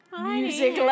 Music